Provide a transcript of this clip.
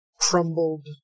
crumbled